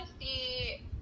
see